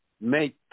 make